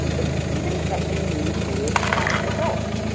it's even something we do as adults.